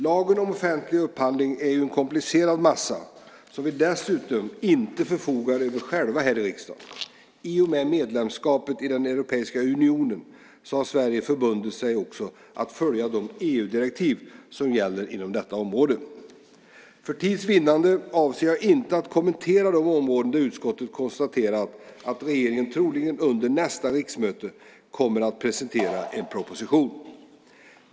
Lagen om offentlig upphandling är en komplicerad massa som vi dessutom inte förfogar över själva här i riksdagen. I och med medlemskapet i den europeiska unionen har Sverige också förbundit sig att följa de EU-direktiv som gäller inom detta område. För tids vinnande avser jag inte att kommentera de områden där utskottet konstaterat att regeringen troligen under nästa riksmöte kommer att presentera en proposition.